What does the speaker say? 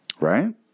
Right